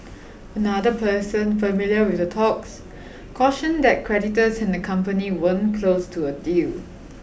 another person familiar with the talks cautioned that creditors and the company weren't close to a deal